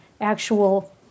actual